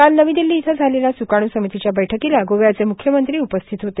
काल नवी दिल्ली इथं झालेल्या सुकाणू समितीच्या बैठकीला गोव्याचे मुख्यमंत्री उपस्थित होते